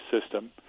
system